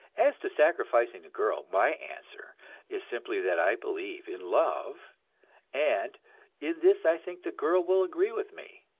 as to sacrificing the girl, my answer is simply that i believe in love and in this i think the girl will agree with me,